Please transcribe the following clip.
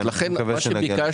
לכן מה שביקשתי